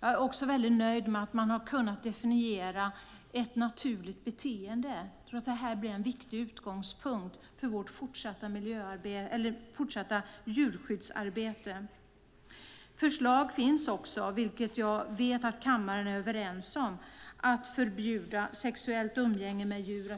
Jag är också nöjd med att man har kunnat definiera vad som är ett naturligt beteende. Det blir en viktig utgångspunkt för vårt fortsatta djurskyddsarbete. Förslag finns också om, vilket jag vet att kammaren är överens om, att förbjuda sexuellt umgänge med djur.